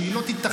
שהיא לא תיתכן,